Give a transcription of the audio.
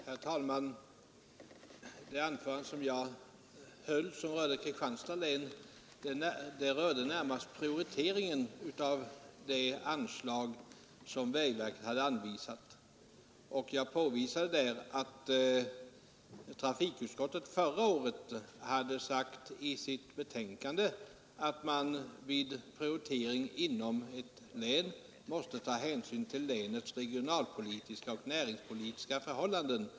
Herr talman! Det anförande som jag höll och som gällde Kristianstads län rörde närmast prioriteringen av det anslag som vägverket hade anvisat. Jag påvisade där att trafikutskottet förra året hade sagt i sitt betänkande, att man vid prioritering inom ett län måste ta hänsyn till länets regionalpolitiska och näringspolitiska förhållanden.